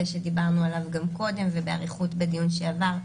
שדיברנו עליו גם קודם ובאריכות בדיון שעבר,